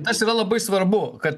tas yra labai svarbu kad